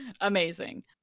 Amazing